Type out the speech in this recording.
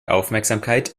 aufmerksamkeit